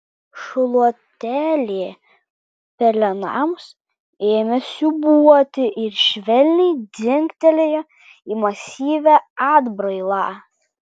šluotelė pelenams ėmė siūbuoti ir švelniai dzingtelėjo į masyvią atbrailą